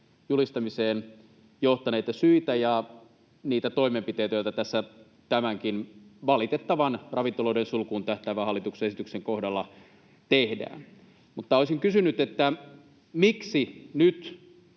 julistamiseen johtaneita syitä ja niitä toimenpiteitä, joita tässä tämänkin valitettavan ravintoloiden sulkuun tähtäävän hallituksen esityksen kohdalla tehdään. Mutta olisin kysynyt, miksi nyt